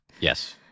Yes